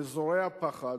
שזורע פחד,